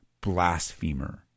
blasphemer